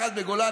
אחד בגולני,